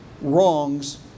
wrongs